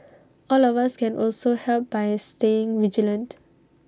all of us can also help by staying vigilant